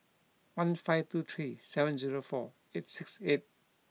one five two three seven zero four eight six eight